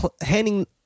handing